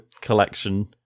collection